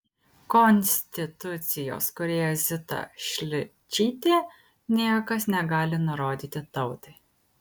konstitucijos kūrėja zita šličytė niekas negali nurodyti tautai